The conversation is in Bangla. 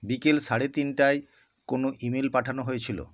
বিকেল সাড়ে তিনটায় কোনো ইমেল পাঠানো হয়েছিলো